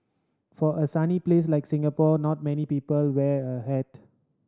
for a sunny place like Singapore not many people wear a hat